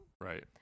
Right